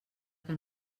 que